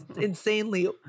insanely